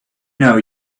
know